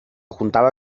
juntaba